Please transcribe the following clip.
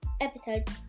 episode